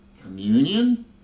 communion